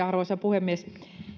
arvoisa puhemies